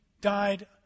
died